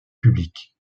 publique